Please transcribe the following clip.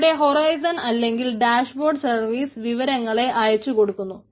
ഇവിടെ ഹൊറൈസൺ അല്ലെങ്കിൽ dashboard service വിവരങ്ങളെ അയച്ചു കൊടുക്കുന്നു